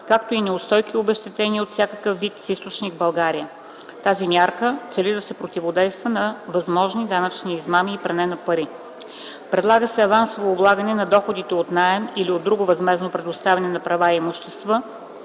както и неустойки и обезщетения от всякакъв вид с източник България. Тази мярка цели да се противодейства на възможни данъчни измами и пране на пари; - предлага се при авансовото облагане на доходите от наем или от друго възмездно предоставяне на права или имущество,